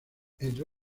entre